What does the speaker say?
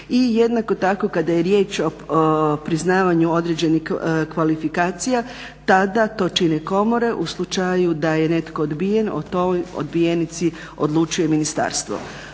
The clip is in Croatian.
jednako tako kada je riječ o priznavanju određenih kvalifikacija tada to čine komore. U slučaju da je netko odbijen tada o toj odbijenici odlučuje Ministarstvo.